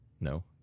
No